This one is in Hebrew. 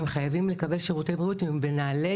הם חייבים לקבל שירותי בריאות אם הם בנעלי